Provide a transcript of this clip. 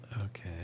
Okay